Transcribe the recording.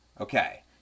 Okay